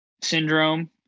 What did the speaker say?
syndrome